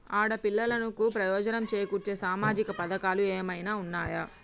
ఆడపిల్లలకు ప్రయోజనం చేకూర్చే సామాజిక పథకాలు ఏమైనా ఉన్నయా?